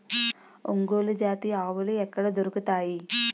ఒంగోలు జాతి ఆవులు ఎక్కడ దొరుకుతాయి?